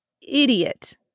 idiot